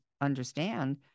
understand